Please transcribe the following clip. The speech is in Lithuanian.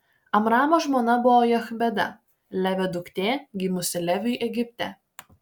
amramo žmona buvo jochebeda levio duktė gimusi leviui egipte